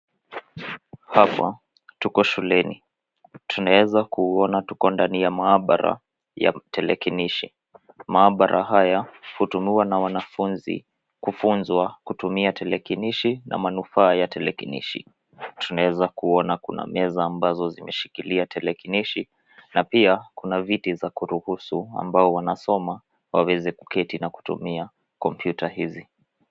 Hapa tuko shuleni. Tuneza kuona tuko ndani ya maabara ya tarakilishi. Maabara haya hutumiwa na wanafunzi kufunzwa kutumia tarakilishi na manufaa ya tarakilishi. Tuneza kuona kuna meza ambazo zimeshikilia tarakilishi na pia kuna viti za kuruhusu ambao wanasoma waweze kuketi na kutumia kompyuta hizi.